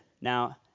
Now